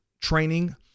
training